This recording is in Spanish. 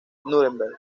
núremberg